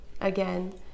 again